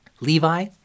Levi